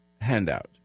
handout